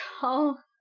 call